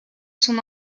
son